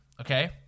okay